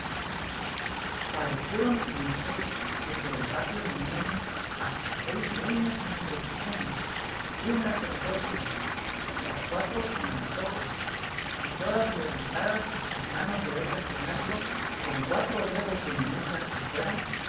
parecieron en esto que por el patio venían hasta seis dueñas en procesión una tras otra las cuatro con antojos y todas levantadas las manos derechas en alto con cuatro dedos de muñecas de fuera